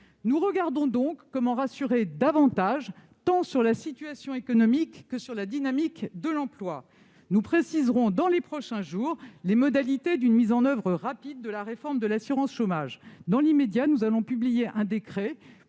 Nous travaillons donc à rassurer davantage les acteurs, tant sur la situation économique que sur la dynamique de l'emploi. Nous préciserons, dans les prochains jours, les modalités d'une mise en oeuvre rapide de la réforme de l'assurance chômage. Dans l'immédiat, nous allons publier un décret